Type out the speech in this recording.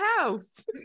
house